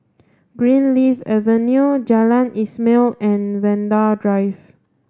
Greenleaf Avenue Jalan Ismail and Vanda Drive